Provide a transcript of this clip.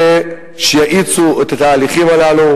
ושיאיצו את התהליכים הללו.